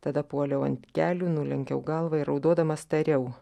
tada puoliau ant kelių nulenkiau galvą ir raudodamas tariau